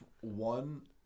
one